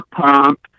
pump